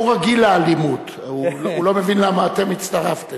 הוא רגיל לאלימות, הוא לא מבין למה אתם הצטרפתם.